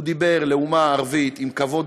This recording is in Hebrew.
הוא דיבר אל אומה ערבית עם כבוד.